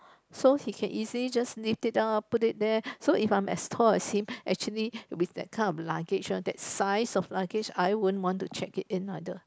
so he can easily just lift it up put it there so if I'm as tall as him actually with that kind of luggage that size of luggage I won't want to check it in either